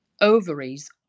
ovaries